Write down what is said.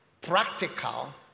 Practical